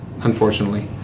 unfortunately